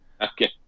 Okay